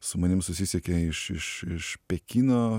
su manim susisiekė iš iš iš pekino